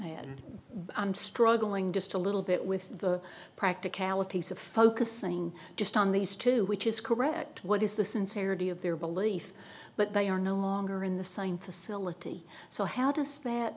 i'm struggling just a little bit with the practicalities of focusing just on these two which is correct what is the sincerity of their belief but they are no longer in the sign facility so how does that